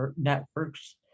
networks